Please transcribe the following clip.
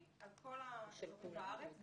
על כל האזורים בארץ -- הוא של כולנו.